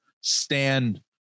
stand